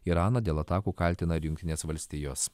iraną dėl atakų kaltina ir jungtinės valstijos